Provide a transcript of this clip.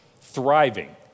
Thriving